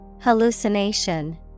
Hallucination